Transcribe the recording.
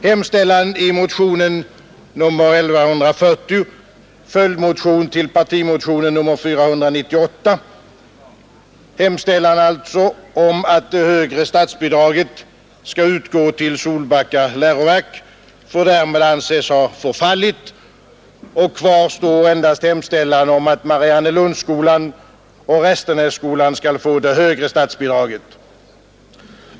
Hemställan i motionen 1140, följdmotion till partimotionen 498, om att det högre statsbidraget skall utgå till Solbacka läroverk får därmed anses ha förfallit och kvar står endast hemställan om att Mariannelundsskolan och Restenässkolan skall få det högre statsbidraget.